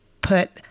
put